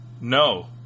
no